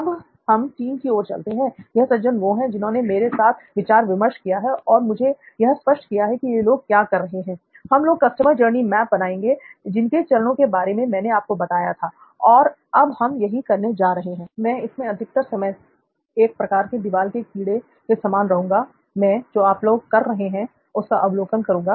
अब हम टीम की ओर चलते हैंl यह सज्जन वो है जिन्होंने मेरे साथ विचार विमर्श किया है और मुझे ये स्पष्ट किया है की ये लोग क्या कर रहे हैंl हम लोग कस्टमर जर्नी मैप बनाएँगे जिसके चरणों के बारे मे मैंने आपको बताया थाl तो अब हम यही करने जा रहे हैंl मैं इसमें अधिकतर समय एक प्रकार से दीवाल के कीड़े के समान रहूँगा मैं जो आप लोग कर रहे हैं उसका अवलोकन करूँगा